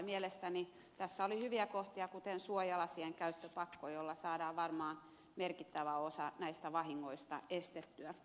mielestäni tässä oli hyviä kohtia kuten suojalasien käyttöpakko jolla saadaan varmaan merkittävä osa näistä vahingoista estettyä